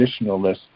traditionalist